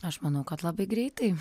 aš manau kad labai greitai